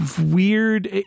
weird